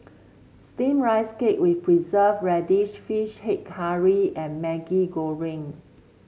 steamed Rice Cake with Preserved Radish fish head curry and Maggi Goreng